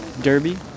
Derby